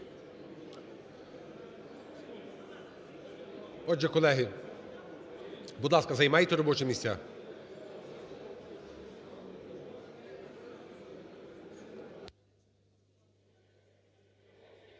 Отже, колеги, будь ласка, займайте робочі місця.